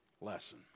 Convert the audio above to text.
lesson